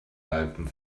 alpen